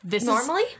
Normally